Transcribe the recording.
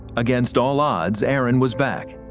against all odds aaron was back.